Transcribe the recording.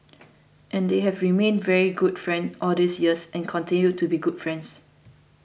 and they have remained very good friends all these years and continue to be good friends